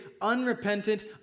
unrepentant